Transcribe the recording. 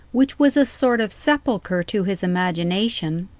which was a sort of sepulchre to his imagination,